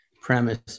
premise